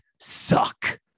suck